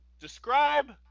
Describe